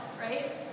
right